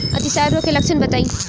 अतिसार रोग के लक्षण बताई?